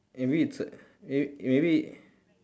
eh maybe it's a may~ maybe